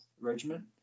Regiment